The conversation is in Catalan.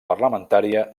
parlamentària